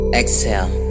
exhale